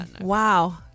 Wow